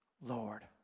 Lord